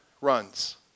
runs